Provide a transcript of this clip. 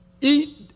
Eat